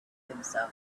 himself